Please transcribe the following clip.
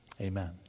Amen